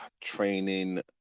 training